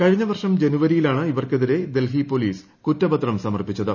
കഴിഞ്ഞ വർഷം ജനുവരിയിലാണ് ഇവർക്കെതിര്ര് ് ഡൽഹി പോലീസ് കുറ്റപത്രം സമർപ്പിച്ചത്